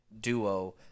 duo